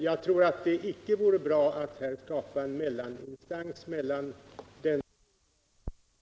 Jag tror att det icke vore bra att här skapa en mellaninstans mellan dem som har det slutliga ansvaret — regering och riksdag — och företagsledningarna.